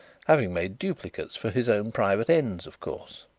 having made duplicates for his own private ends, of course.